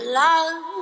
love